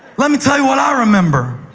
let me tell you what i remember.